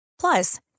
Plus